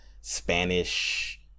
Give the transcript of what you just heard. Spanish